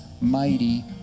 mighty